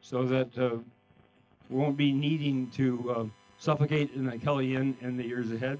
so that won't be needing to suffocate in the alley and the years ahead